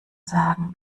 sagen